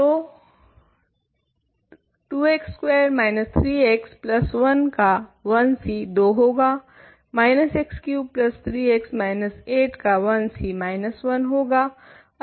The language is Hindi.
तो 2x2 3x1 का 1c 2 होगा x33x 8 का 1c 1 होगा